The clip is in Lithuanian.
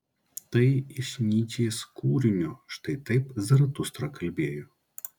tai iš nyčės kūrinio štai taip zaratustra kalbėjo